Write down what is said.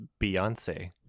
Beyonce